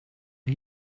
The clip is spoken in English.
are